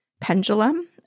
pendulum